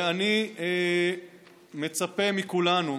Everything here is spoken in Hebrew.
ואני מצפה מכולנו